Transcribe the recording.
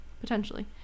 Potentially